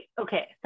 okay